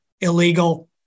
illegal